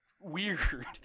weird